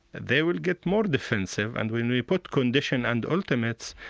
they will get more defensive. and when we put condition and ultimates,